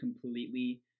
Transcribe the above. completely